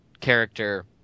character